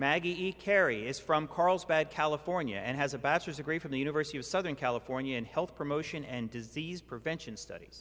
maggie carey is from carlsbad california and has a bachelor's degree from the university of southern california in health promotion and disease prevention stud